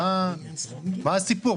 מה הסיפור?